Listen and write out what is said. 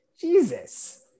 jesus